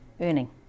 earning